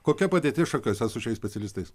kokia padėtis šakiuose su šiais specialistais